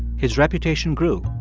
his reputation grew,